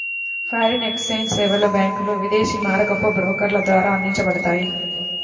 foreign exchange సేవలు బ్యాంకులు, విదేశీ మారకపు బ్రోకర్ల ద్వారా అందించబడతాయి